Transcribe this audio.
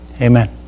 Amen